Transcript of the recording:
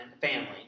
family